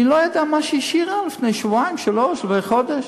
היא לא ידעה מה שהיא השאירה לפני שבועיים-שלושה וחודש?